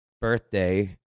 birthday